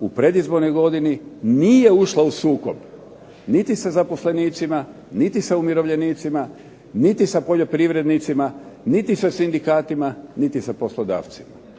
u predizbornoj godini nije ušla u sukob niti sa zaposlenicima, niti sa umirovljenicima, niti sa poljoprivrednicima, niti sa sindikatima, niti sa poslodavcima.